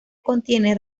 contiene